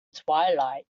twilight